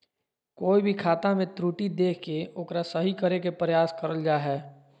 कोय भी खाता मे त्रुटि देख के ओकरा सही करे के प्रयास करल जा हय